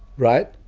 right?